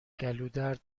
گلودرد